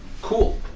Cool